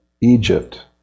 Egypt